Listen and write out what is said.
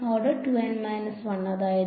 order 2 N 1 അതായത്